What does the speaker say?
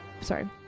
sorry